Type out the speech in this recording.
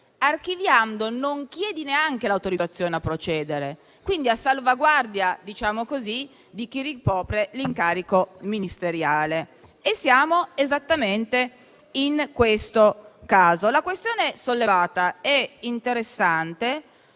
archiviando, non si chiede neanche l'autorizzazione a procedere, a salvaguardia di chi ricopre l'incarico ministeriale. Siamo esattamente in questo caso. La questione sollevata è interessante: